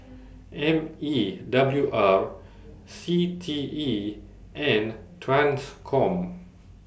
M E W R C T E and TRANSCOM